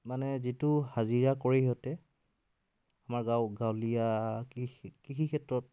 মানে যিটো হাজিৰা কৰে সিহঁতে আমাৰ গাঁও গাঁৱলীয়া কৃষি কৃষি ক্ষেত্ৰত